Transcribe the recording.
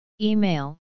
Email